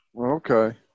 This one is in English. okay